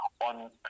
on